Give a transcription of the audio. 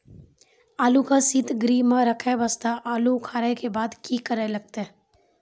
आलू के सीतगृह मे रखे वास्ते आलू उखारे के बाद की करे लगतै?